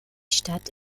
stadt